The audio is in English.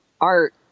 art